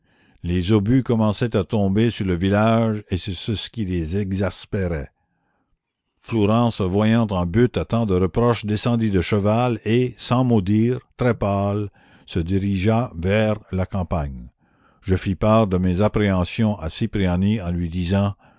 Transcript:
les obus commençaient à tomber sur le village et c'est ce qui les exaspérait flourens se voyant en butte à tant de reproches descendit de cheval et sans mot dire très pâle se dirigea vers la campagne je fis part de mes appréhensions à cipriani en lui disant